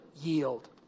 yield